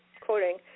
quoting